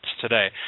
today